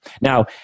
now